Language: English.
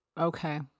Okay